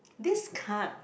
this card